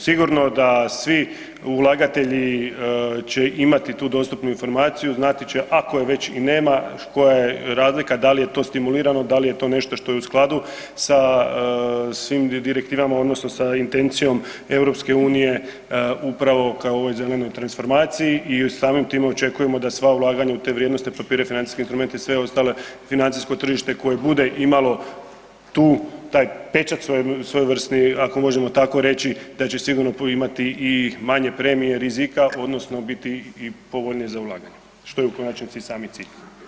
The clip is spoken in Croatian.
Sigurno da svi ulagatelji će imati tu dostupnu informaciju, znati će, ako je već i nema, koja je razlika, da li je to stimulirano, da li je to nešto što je u skladu sa svim direktivama, odnosno sa intencijom EU upravo kao u ovoj zelenoj transformaciji i samim time očekujemo da sva ulaganja u te vrijednosne papire, financijske instrumente i sve ostalo, financijsko tržište, koje bude imalo tu, taj pečat svojevrsni, ako možemo tako reći, da će sigurno imati i manje premije rizika, odnosno biti i povoljnije za ulaganje, što je u konačnici sami cilj.